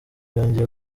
yongeye